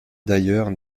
d’ailleurs